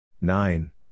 Nine